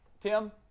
Tim